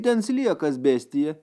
ten sliekas bestija